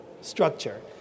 structure